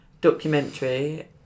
documentary